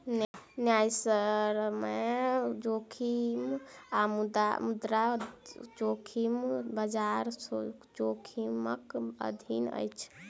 न्यायसम्य जोखिम आ मुद्रा जोखिम, बजार जोखिमक अधीन अछि